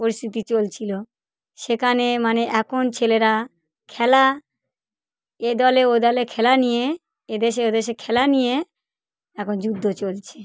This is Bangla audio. পরিস্থিতি চলছিলো সেখানে মানে এখন ছেলেরা খেলা এ দলে ও দলে খেলা নিয়ে এ দেশে ও দেশে খেলা নিয়ে একন যুদ্ধ চলছে